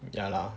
ya lah